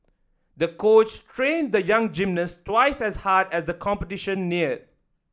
the coach trained the young gymnast twice as hard as the competition neared